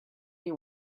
you